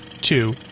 two